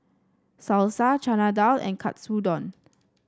Salsa Chana Dal and Katsudon